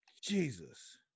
Jesus